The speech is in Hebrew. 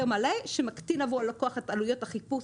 מלא שמקטין עבור הלקוח את עלויות החיפוש,